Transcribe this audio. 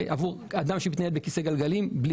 זה עבור אדם שמתנהל בכיסא גלגלים בלי